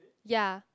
ya